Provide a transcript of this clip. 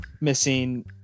Missing